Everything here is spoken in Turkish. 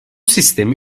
sistemi